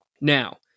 Now